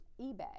eBay